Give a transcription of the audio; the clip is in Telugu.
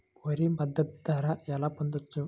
వరి మద్దతు ధర ఎలా పొందవచ్చు?